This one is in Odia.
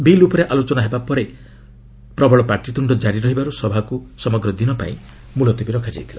ବିଲ୍ ଉପରେ ଆଲୋଚନା ଆରମ୍ଭ ହେବା ସମୟରେ ପ୍ରବଳ ପାଟିତ୍ରୁଷ୍ଠ କାରି ରହିବାରୁ ସଭାକୁ ସମଗ୍ର ଦିନ ପାଇଁ ମୁଲତବୀ ରଖାଯାଇଥିଲା